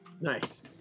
Nice